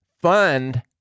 fund